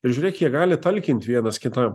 ir žiūrėk jie gali talkinti vienas kitam